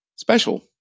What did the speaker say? special